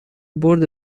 برد